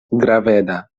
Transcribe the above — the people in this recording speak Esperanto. graveda